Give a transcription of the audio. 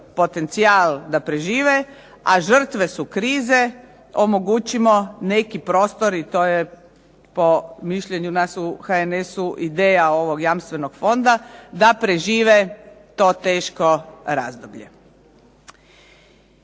potencijal da prežive, a žrtve su krize omogućimo neki prostor. I to je po mišljenju nas u HNS-u ideja ovog jamstvenog fonda da prežive to teško razdoblje.